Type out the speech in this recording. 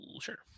sure